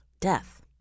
death